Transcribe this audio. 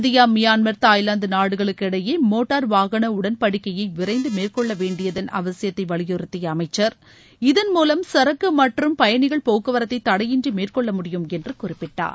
India Myanmar தாய்வாந்து நாடுகளுக்கு இடையே மோட்டார் வாகன உடன்படிக்கைய விரைந்து மேற்கொள்ள வேண்டியதன் அவசியத்தை வலியுறத்திய அமைச்சர் இதன் மூலம் சரக்கு மற்றும் பயணிகள் போக்குவரத்தை தடையின்றி மேற்கொள்ள முடியும் என்று குறிப்பிட்டார்